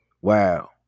wow